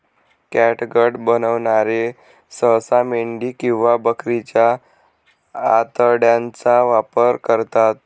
catgut बनवणारे सहसा मेंढी किंवा बकरीच्या आतड्यांचा वापर करतात